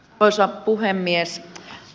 arvoisa puhemies